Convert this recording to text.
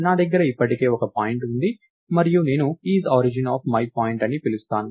నా దగ్గర ఇప్పటికే ఒక పాయింట్ ఉంది మరియు నేను IsOrigin ఆఫ్ myPt అని పిలుస్తాను